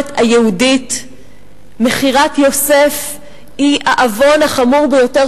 במסורת היהודית מכירת יוסף היא העוון החמור ביותר,